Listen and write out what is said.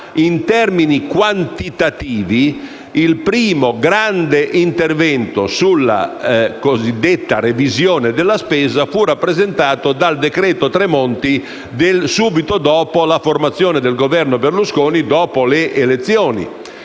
In termini quantitativi, il primo grande intervento sulla cosiddetta revisione della spesa fu rappresentato dal decreto Tremonti, avvenuto subito dopo la formazione del Governo Berlusconi, dopo le elezioni.